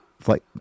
flight